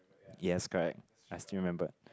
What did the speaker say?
yes correct I still remembered